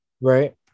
Right